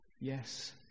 Yes